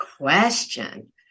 question